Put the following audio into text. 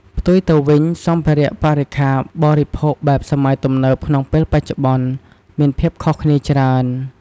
ផ្ទុយទៅវិញ សម្ភារៈបរិក្ខារបរិភោគបែបសម័យទំនើបក្នុងពេលបច្ចុប្បន្ន មានភាពខុសគ្នាច្រើន។